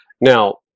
Now